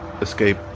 escape